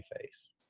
face